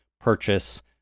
purchase